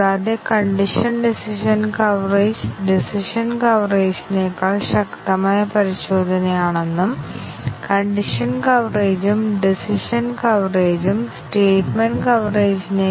ഓരോരുത്തരും സത്യവും തെറ്റായ മൂല്യങ്ങളും എടുത്തിട്ടുള്ളതിനാൽ അല്ലെങ്കിൽ നമുക്ക് ഒരു ടെസ്റ്റ് കേസ് ഉണ്ടാവാം അത് സത്യവും തെറ്റും സത്യവും തെറ്റും സത്യവും തെറ്റും ആണ് അങ്ങനെ ഓരോ അവസ്ഥയും സത്യവും തെറ്റായ മൂല്യങ്ങളും എടുക്കുന്നുവെന്ന് ഉറപ്പാക്കും